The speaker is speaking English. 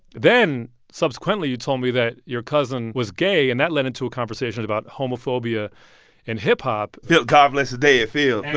then, subsequently, you told me that your cousin was gay. and that led into a conversation about homophobia in hip-hop god bless the day, phil but